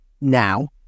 now